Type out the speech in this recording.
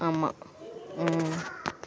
ஆமா ம்